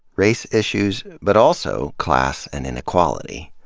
race issues, but also class and inequality.